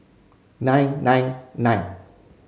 nine nine nine